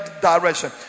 direction